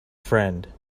friend